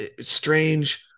strange